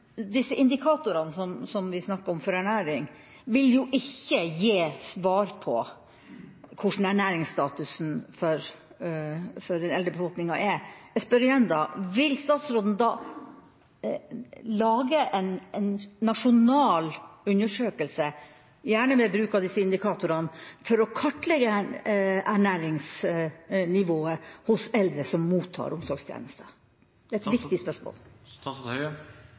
Disse indikatorene vi snakket om for ernæring, vil ikke gi svar på hvordan ernæringsstatus for den eldre befolkningen er. Jeg spør igjen: Vil statsråden lage en nasjonal undersøkelse, gjerne med bruk av disse indikatorene, for å kartlegge ernæringsnivået hos eldre som mottar omsorgstjenester? Det er et viktig